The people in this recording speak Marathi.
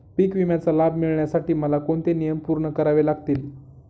पीक विम्याचा लाभ मिळण्यासाठी मला कोणते नियम पूर्ण करावे लागतील?